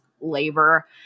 labor